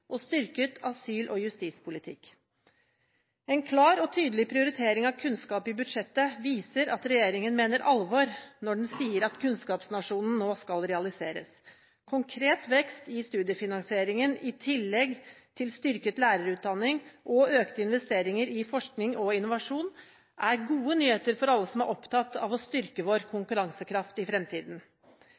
og styrket asyl- og justispolitikk. En klar og tydelig prioritering av kunnskap i budsjettet viser at regjeringen mener alvor når den sier at kunnskapsnasjonen nå skal realiseres. Konkret vekst i studiefinansieringen, i tillegg til styrket lærerutdanning, og økte investeringer i forskning og innovasjon er gode nyheter for alle som er opptatt av å styrke vår konkurransekraft i fremtiden.